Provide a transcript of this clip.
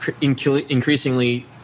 increasingly